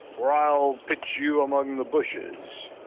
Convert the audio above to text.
for i'll pitch you among the bushes.